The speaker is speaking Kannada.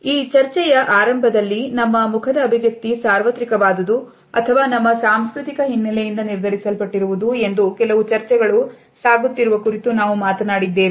ಈ ಚರ್ಚೆಯ ಆರಂಭದಲ್ಲಿ ನಮ್ಮ ಮುಖದ ಅಭಿವ್ಯಕ್ತಿ ಸಾರ್ವತ್ರಿಕವಾದುದು ಅಥವಾ ನಮ್ಮ ಸಾಂಸ್ಕೃತಿಕ ಹಿನ್ನೆಲೆಯಿಂದ ನಿರ್ಧರಿಸಲು ಪಟ್ಟಿರುವುದು ಎಂದು ಕೆಲವು ಚರ್ಚೆಗಳು ಸಾಗುತ್ತಿರುವ ಕುರಿತು ನಾವು ಮಾತನಾಡಿದ್ದೇವೆ